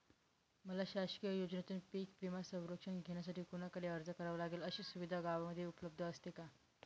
मला शासकीय योजनेतून पीक विमा संरक्षण घेण्यासाठी कुणाकडे अर्ज करावा लागेल? अशी सुविधा गावामध्ये उपलब्ध असते का?